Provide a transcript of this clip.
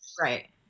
Right